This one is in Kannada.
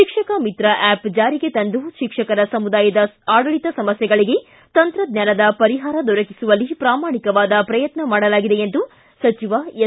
ಶಿಕ್ಷಕಮಿತ್ರ ಆ್ಚಪ್ ಜಾರಿಗೆ ತಂದು ಶಿಕ್ಷಕರ ಸಮುದಾಯದ ಆಡಳಿತ ಸಮಸ್ಥೆಗಳಿಗೆ ತಂತ್ರಜ್ವಾನದ ಪರಿಹಾರ ದೊರಕಿಸುವಲ್ಲಿ ಪ್ರಾಮಾಣಿಕವಾದ ಪ್ರಯತ್ನ ಮಾಡಲಾಗಿದೆ ಎಂದು ಸಚಿವ ಎಸ್